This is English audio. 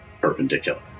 perpendicular